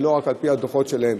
ולא רק על פי הדוחות שלהם,